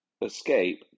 Escape